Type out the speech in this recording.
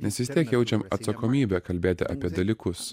nes vis tiek jaučiam atsakomybę kalbėti apie dalykus